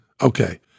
Okay